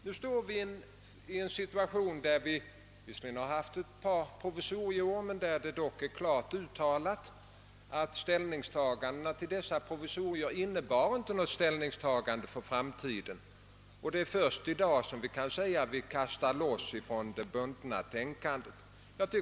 Nu står vi i en situation — vi har haft ett par provisorieår — där det klart är uttalat att ställningstagandena till dessa provisorier inte innebar något ställningstagande för framtiden. Det är först i dag som vi kan säga att vi kastat loss från det bundna tänkandet.